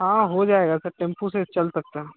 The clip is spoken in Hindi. हाँ हो जाएगा सर टेम्पू से चल सकता